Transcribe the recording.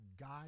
God